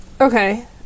okay